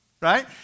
Right